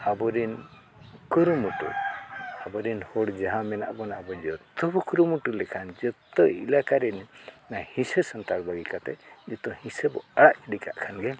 ᱟᱵᱚᱨᱮᱱ ᱠᱩᱨᱩᱢᱩᱴᱩ ᱟᱵᱚᱨᱮᱱ ᱦᱚᱲ ᱡᱟᱦᱟᱸ ᱢᱮᱱᱟᱜ ᱵᱚᱱᱟ ᱟᱵᱚ ᱡᱚᱛᱚ ᱵᱚ ᱠᱩᱨᱩᱢᱩᱴᱩ ᱞᱮᱠᱷᱟᱱ ᱡᱚᱛᱚ ᱮᱞᱟᱠᱟ ᱨᱮᱱ ᱦᱤᱥᱟᱹ ᱥᱟᱱᱛᱟᱲ ᱵᱟᱹᱜᱤ ᱠᱟᱛᱮᱜ ᱡᱚᱛᱚ ᱦᱤᱥᱟᱹ ᱵᱚ ᱟᱲᱟᱜ ᱜᱤᱰᱤ ᱠᱟᱜ ᱠᱷᱟᱱ ᱜᱮ